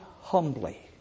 humbly